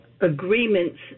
agreements